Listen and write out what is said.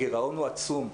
הגירעון הוא עצום.